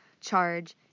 charge